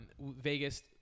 Vegas